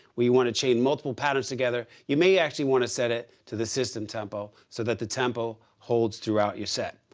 where you want to chain multiple patterns together, you may actually want to set it to the system tempo so that the tempo holds throughout your set.